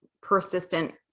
persistent